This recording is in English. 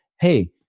hey